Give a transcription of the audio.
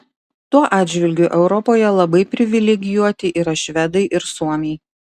tuo atžvilgiu europoje labai privilegijuoti yra švedai ir suomiai